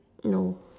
no